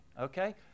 okay